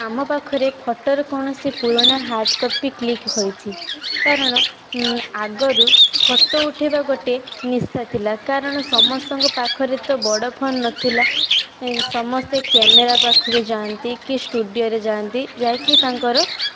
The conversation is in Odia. ଆମ ପାଖରେ ଫଟୋର କୌଣସି ପୁରୁଣା ହାର୍ଡ଼କପି କ୍ଲିକ ହୋଇଛି କାରଣ ଆଗରୁ ଫଟୋ ଉଠେଇବା ଗୋଟେ ନିଶାଥିଲା କାରଣ ସମସ୍ତଙ୍କ ପାଖରେ ତ ବଡ଼ ଫୋନ ନ ଥିଲା ସମସ୍ତେ କ୍ୟାମେରା ପାଖକୁ ଯାଆନ୍ତି କିଏ ଷ୍ଟୁଡ଼ିଓରେ ଯାଆନ୍ତି ଯାଇକି ତାଙ୍କର